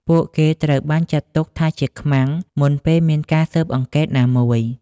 ពួកគេត្រូវបានចាត់ទុកថាជា ខ្មាំង មុនពេលមានការស៊ើបអង្កេតណាមួយ។